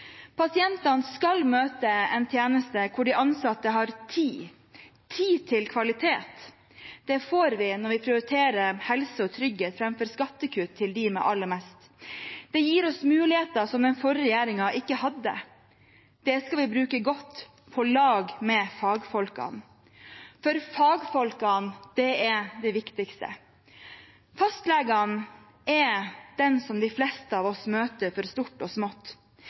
Pasientene skal møte en tjeneste hvor de ansatte har tid – tid til kvalitet. Det får vi når vi prioriterer helse og trygghet framfor skattekutt til dem med aller mest. Det gir oss muligheter som den forrige regjeringen ikke hadde. Det skal vi bruke godt på lag med fagfolkene, for fagfolkene er det viktigste. Fastlegene er de som de fleste av oss møter for stort og smått,